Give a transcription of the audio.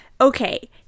okay